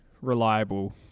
reliable